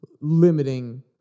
limiting